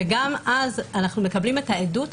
וגם אז אנחנו מקבלים את העדות,